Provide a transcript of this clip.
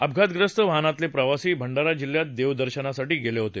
अपघातग्रस्त वाहनातले प्रवासी भंडारा जिल्ह्यात देवदर्शनासाठी गेले होते